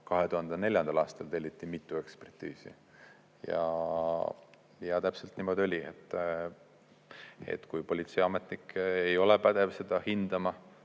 2004. aastal telliti mitu ekspertiisi. Ja täpselt niimoodi oli. Kui politseiametnik ei ole pädev seda hindama,